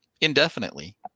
indefinitely